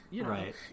Right